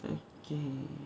okay